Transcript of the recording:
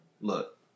look